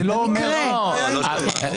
במקרה...